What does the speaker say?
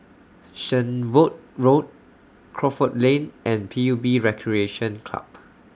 Shenvood Road Crawford Lane and P U B Recreation Club